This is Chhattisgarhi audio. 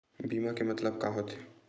बीमा के मतलब का होथे?